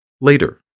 later